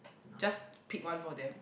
just pick one for them